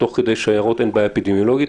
להפגנה בשיירות אין בעיה אפידמיולוגית,